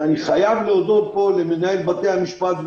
שאני חייב להודות פה למנהל בתי המשפט ולאנשיו,